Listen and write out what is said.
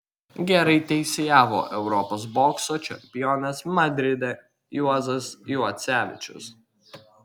gerai teisėjavo europos bokso čempionas madride juozas juocevičius